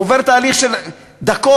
עובר תהליך של דקות,